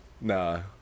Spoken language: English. Nah